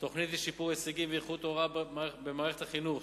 תוכנית לשיפור הישגים ואיכות ההוראה במערכת החינוך,